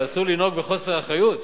אבל אסור לנהוג בחוסר אחריות.